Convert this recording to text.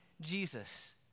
Jesus